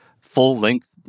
full-length